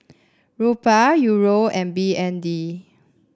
Rupiah Euro and B N D